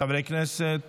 חברי הכנסת